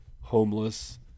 homeless